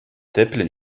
тӗплӗн